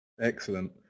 excellent